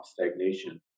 stagnation